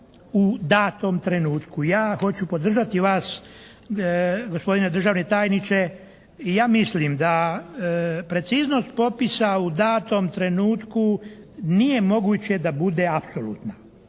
u datom trenutku. Ja hoću podržati vas gospodine državni tajniče i ja mislim da preciznost popisa u datom trenutku nije moguće da bude apsolutna.